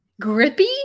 Grippy